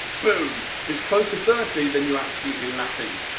boom. if it's close to thirty, then you're absolutely laughing.